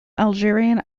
algerian